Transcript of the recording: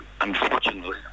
Unfortunately